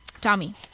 tommy